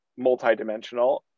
multidimensional